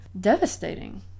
devastating